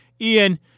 Ian